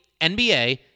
NBA